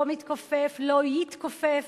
לא יתכופף,